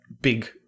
big